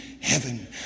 heaven